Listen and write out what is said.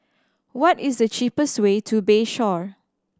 what is the cheapest way to Bayshore